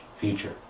future